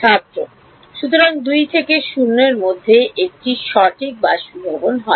ছাত্র সুতরাং 2 থেকে 0 এর মধ্যে 1 টি সঠিকভাবে বাষ্পীভবন হয়